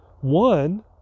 one